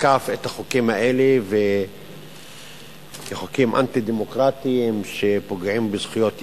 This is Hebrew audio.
שתקף את החוקים האלה כחוקים אנטי-דמוקרטיים שפוגעים בזכויות יסוד.